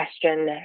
question